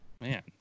Man